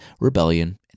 rebellion